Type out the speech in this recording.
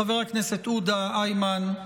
חבר הכנסת עודה, איימן,